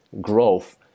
growth